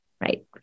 Right